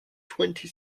twenty